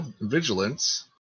vigilance